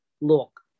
Look